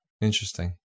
Interesting